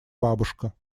бабушка